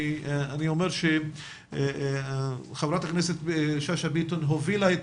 אני אומר שחברת הכנסת שאשא ביטון הובילה את